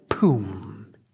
Boom